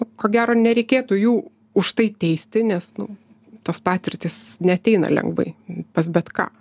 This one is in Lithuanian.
ko gero nereikėtų jų už tai teisti nes nu tos patirtys neateina lengvai pas bet ką